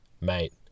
mate